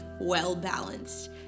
well-balanced